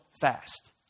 fast